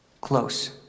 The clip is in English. close